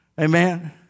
Amen